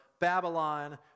Babylon